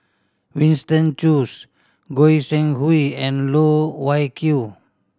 Winston Choos Goi Seng Hui and Loh Wai Kiew